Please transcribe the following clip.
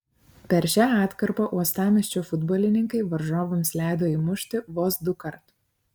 per šią atkarpą uostamiesčio futbolininkai varžovams leido įmušti vos dukart